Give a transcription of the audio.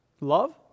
Love